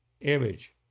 image